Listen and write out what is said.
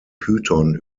python